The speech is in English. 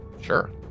sure